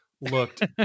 looked